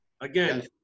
Again